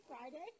Friday